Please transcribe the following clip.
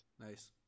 Nice